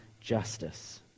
justice